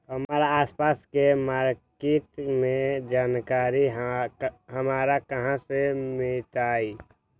हमर आसपास के मार्किट के जानकारी हमरा कहाँ से मिताई?